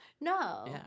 No